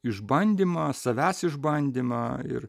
išbandymą savęs išbandymą ir